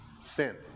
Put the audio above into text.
sin